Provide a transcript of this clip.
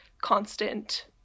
constant